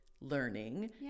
learning